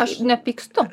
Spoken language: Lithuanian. aš nepykstu